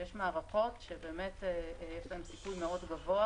יש מערכות שיש להן סיכוי מאוד גבוה